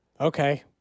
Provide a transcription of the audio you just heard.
Okay